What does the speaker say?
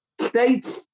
States